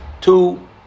two